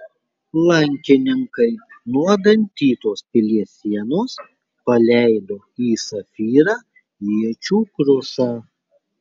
lankininkai nuo dantytos pilies sienos paleido į safyrą iečių krušą